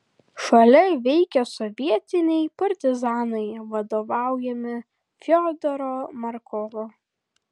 šalia veikia sovietiniai partizanai vadovaujami fiodoro markovo